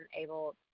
able